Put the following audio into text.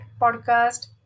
podcast